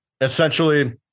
essentially